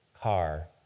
car